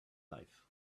life